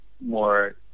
more